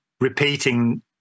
repeating